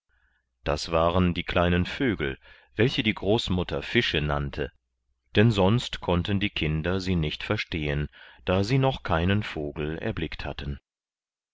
das waren die kleinen vögel welche die großmutter fische nannte denn sonst konnten die kinder sie nicht verstehen da sie noch keinen vogel erblickt hatten